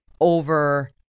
over